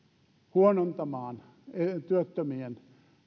huonontamaan työttömien